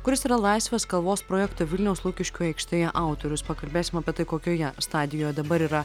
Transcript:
kuris yra laisvės kalvos projekto vilniaus lukiškių aikštėje autorius pakalbėsim apie tai kokioje stadijoje dabar yra